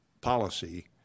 policy